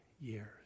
years